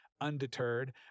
undeterred